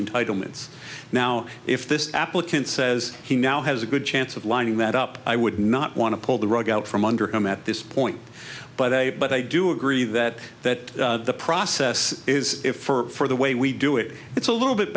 entitlements now if this applicant says he now has a good chance of lining that up i would not want to pull the rug out from under him at this point by the way but i do agree that that process is if for the way we do it it's a little bit